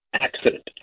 accident